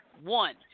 One